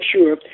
sure